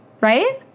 Right